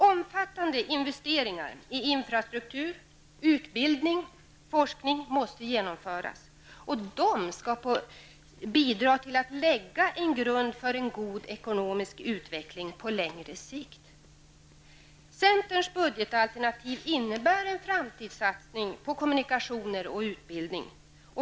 Omfattande investeringar i infrastruktur, utbildning och forskning måste genomföras. De skall bidra till att lägga en grund för en god ekonomisk utveckling på längre sikt. Centerns budgetalternativ innebär en framtidssatsning på kommunikationer och utbildning.